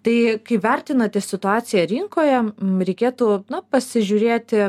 tai kai vertinate situaciją rinkoje reikėtų na pasižiūrėti